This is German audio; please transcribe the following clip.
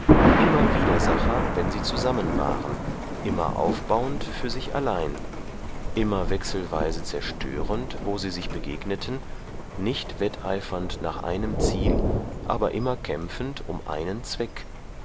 immer widersacher wenn sie zusammen waren immer aufbauend für sich allein immer wechselsweise zerstörend wo sie sich begegneten nicht wetteifernd nach einem ziel aber immer kämpfend um einen zweck